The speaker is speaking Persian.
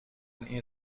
این